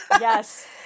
Yes